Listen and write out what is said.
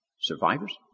Survivors